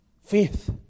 faith